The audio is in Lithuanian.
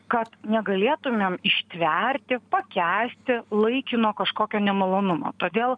kad negalėtumėm ištverti pakęsti laikino kažkokio nemalonumo todėl